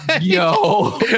Yo